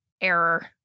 error